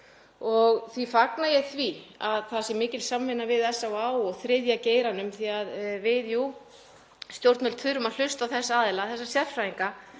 Því fagna ég því að það sé mikil samvinna við SÁÁ og þriðja geirann því að við stjórnvöld þurfum að hlusta á þessa aðila, þessa sérfræðinga